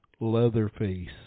Leatherface